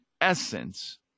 essence